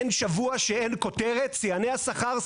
אין שבוע שאין כותרת "שיאני השכר",